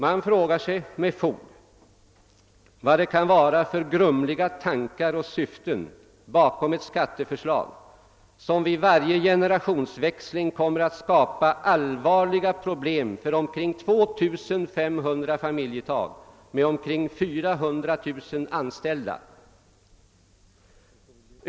Man frågar sig med fog vad det kan finnas för grumliga tankar och syften bakom ett skatteförslag som vid varje generationsväxling kommer att skapa allvarliga problem för omkring 2500 familjeföretag med omkring 400 000 anställda.